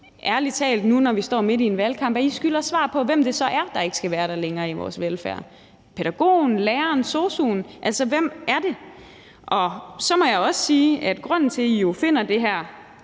ærlig talt, nu når vi står midt i en valgkamp, at I skylder svar på, hvem det så er, der ikke skal være der længere i vores velfærd: pædagogen, læreren, sosu'en? Altså, hvem er det? Så må jeg også sige, at grunden til, at I jo finder det her